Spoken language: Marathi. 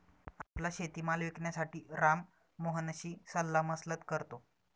आपला शेतीमाल विकण्यासाठी राम मोहनशी सल्लामसलत करतो